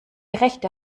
rechte